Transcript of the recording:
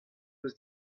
eus